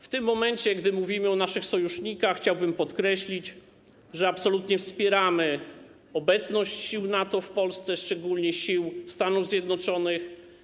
W tym momencie, gdy mówimy o naszych sojusznikach, chciałbym podkreślić, że absolutnie wspieramy obecność sił NATO w Polsce, szczególnie sił Stanów Zjednoczonych.